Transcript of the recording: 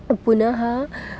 पुनः